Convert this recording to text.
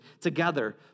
together